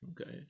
Okay